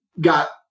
got